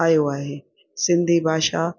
आयो आहे सिंधी भाषा